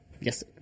Yes